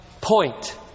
point